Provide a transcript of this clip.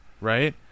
right